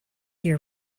your